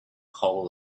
whole